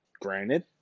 Granted